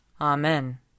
Amen